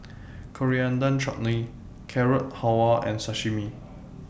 Coriander Chutney Carrot Halwa and Sashimi